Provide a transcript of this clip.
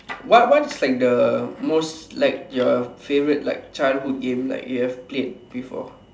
what what is like the most like your favourite like childhood like game that you have played before